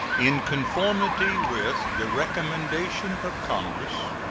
in conformity with the recommendation of congress,